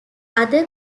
other